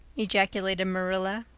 ejaculated marilla.